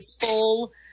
full